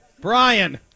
Brian